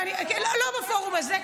לא בפורום הזה,